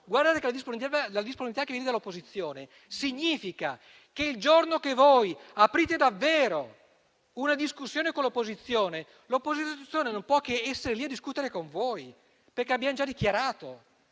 Guardate che la disponibilità che viene dall'opposizione significa che, il giorno che voi aprite davvero una discussione con l'opposizione, l'opposizione non può che essere lì a discutere con voi, perché l'abbiamo già dichiarato.